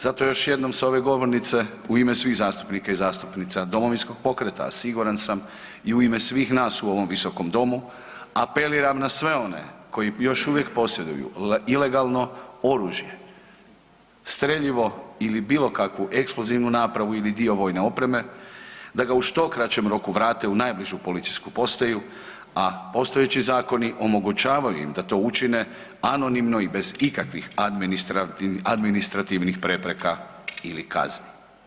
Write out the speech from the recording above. Zato još jednom sa ove govornice u ima svih zastupnika i zastupnica Domovinskog pokreta siguran sam i u ime svih nas u ovom Visokom domu, apeliram na sve one koji još uvijek posjeduju ilegalno oružje, streljivo ili bilo kakvu eksplozivnu napravu ili dio vojne opreme da ga u što kraćem roku vrate u najbližu policijsku postaju, a postojeći zakoni omogućavaju im da to učine anonimno i bez ikakvih administrativnih prepreka ili kazni.